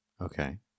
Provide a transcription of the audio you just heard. Okay